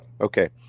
Okay